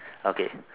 okay